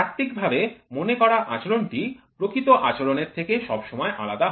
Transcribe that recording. তাত্ত্বিকভাবে মনে করা আচরণটি প্রকৃত আচরণের থেকে সবসময় আলাদা হয়